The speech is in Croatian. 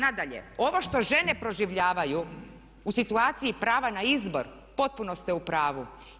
Nadalje, ovo što žene proživljavaju u situaciji prava na izbor potpuno ste u pravu.